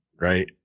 right